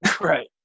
Right